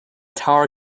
tower